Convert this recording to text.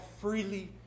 freely